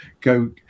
go